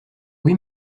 oui